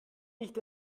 nicht